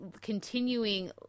continuing